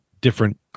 different